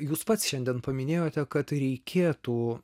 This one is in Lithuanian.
jūs pats šiandien paminėjote kad reikėtų